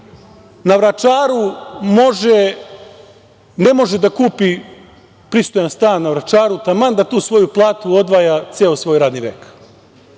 na Vračaru, ne može da kupi pristojan stan na Vračaru, taman da tu svoju platu odvaja ceo svoj radni